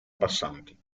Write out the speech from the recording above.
passanti